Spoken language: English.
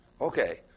Okay